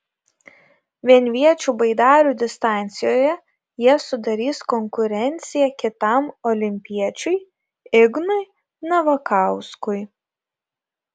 vienviečių baidarių distancijoje jie sudarys konkurenciją kitam olimpiečiui ignui navakauskui